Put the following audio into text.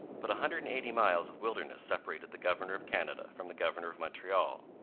but a hundred and eighty miles of wilderness separated the governor of canada from the governor of montreal.